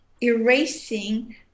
erasing